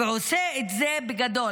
והוא עושה את זה בגדול.